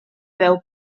veu